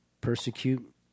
persecute